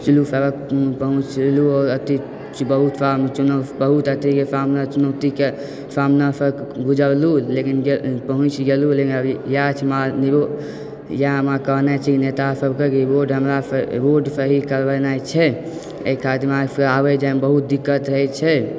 सड़क पहुँचलूँ आओर अथी बहुत अथीके सामना चुनौतीके सामनासँ गुजरलूँ लेकिन पहुँच गेलूँ लेकिन अभी इएह हमर कहनय छै कि नेतासभकेँ कि रोड हमरा सभकेँ रोड सही करबेनाइ छै एहि खातिर हमरा सभकेँ आबय जाइमे बहुत दिक्कत होइत छै